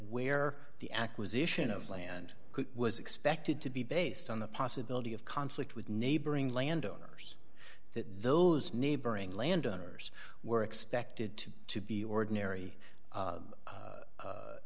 where the acquisition of land was expected to be based on the possibility of conflict with neighboring landowners those neighboring landowners were expected to be ordinary